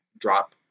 drop